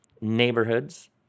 neighborhoods